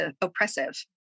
oppressive